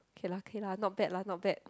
K lah K lah not bad lah not bad